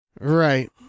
Right